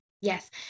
Yes